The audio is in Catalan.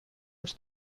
els